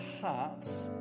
hearts